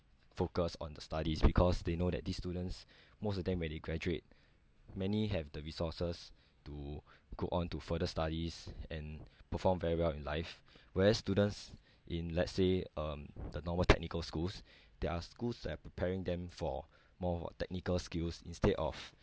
focus on the studies because they know that these students most of them when they graduate many have the resources to go on to further studies and perform very well in life whereas students in let's say um the normal technical schools there are schools that preparing them for more technical skills instead of